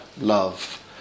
love